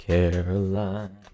Caroline